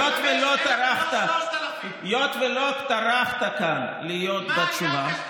אבל 45,000 זה לא 3,000. היות שלא טרחת כאן להיות בתשובה,